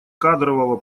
кадрового